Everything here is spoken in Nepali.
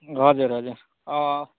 हजुर हजुर अँ